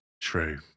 True